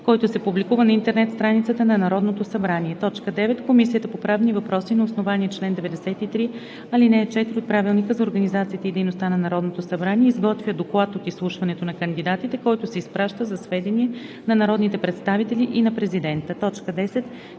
който се публикува на интернет страницата на Народното събрание. 9. Комисията по правни въпроси на основание чл. 93, ал. 4 от Правилника за организацията и дейността на Народното събрание изготвя доклад от изслушването на кандидатите, който се изпраща за сведение на народните представители и на президента. 10.